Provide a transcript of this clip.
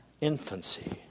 infancy